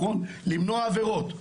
למנוע עבירות,